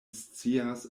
scias